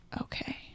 Okay